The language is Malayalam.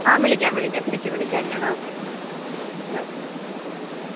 ആ വിളിക്കാം വിളിക്കാം തിരിച്ചു വിളിക്കാം ഞാൻ ഓക്കെ ഓക്കെ ആ